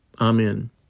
Amen